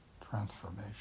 transformation